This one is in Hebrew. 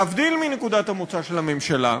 להבדיל מנקודת המוצא של הממשלה,